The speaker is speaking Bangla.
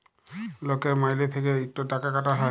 লকের মাইলে থ্যাইকে ইকট টাকা কাটা হ্যয়